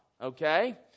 Okay